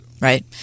Right